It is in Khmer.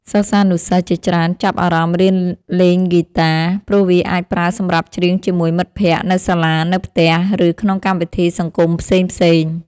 សិស្សានុសិស្សជាច្រើនចាប់អារម្មណ៍រៀនលេងហ្គីតា ព្រោះវាអាចប្រើសម្រាប់ច្រៀងជាមួយ មិត្តភក្តិ នៅសាលា នៅផ្ទះ ឬក្នុងកម្មវិធីសង្គមផ្សេងៗ។